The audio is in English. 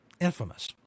infamous